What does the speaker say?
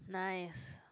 nice